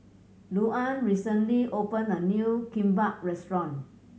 Louann recently opened a new Kimbap Restaurant